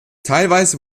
teilweise